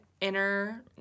inner